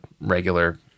regular